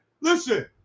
Listen